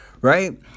right